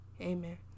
Amen